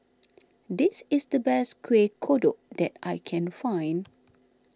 this is the best Kuih Kodok that I can find